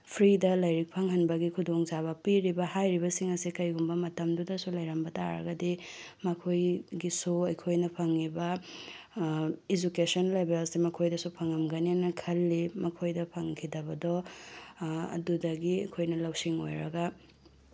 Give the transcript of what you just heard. ꯐ꯭ꯔꯤꯗ ꯂꯥꯏꯔꯤꯛ ꯐꯪꯍꯟꯕꯒꯤ ꯈꯨꯗꯣꯡꯆꯥꯕ ꯄꯤꯔꯤꯕ ꯍꯥꯏꯔꯤꯕꯁꯤꯡ ꯑꯁꯦ ꯀꯔꯤꯒꯨꯝꯕ ꯃꯇꯝꯗꯨꯗꯁꯨ ꯂꯩꯔꯝꯕ ꯇꯥꯔꯒꯗꯤ ꯃꯈꯣꯏꯒꯤꯁꯨ ꯑꯩꯈꯣꯏꯅ ꯐꯪꯉꯤꯕ ꯏꯖꯨꯀꯦꯁꯟ ꯂꯦꯕꯦꯜꯁꯦ ꯃꯈꯣꯏꯗꯁꯨ ꯐꯪꯉꯝꯒꯅꯦꯅ ꯈꯜꯂꯤ ꯃꯈꯣꯏꯗ ꯐꯪꯈꯤꯗꯕꯗꯣ ꯑꯗꯨꯗꯒꯤ ꯑꯩꯈꯣꯏꯅ ꯂꯧꯁꯤꯡ ꯑꯣꯏꯔꯒ